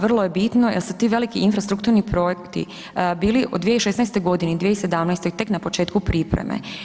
Vrlo je bitno jer su ti veliki infrastrukturni projekti bili od 2016.g. i 2017. tek na početku pripreme.